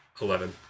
Eleven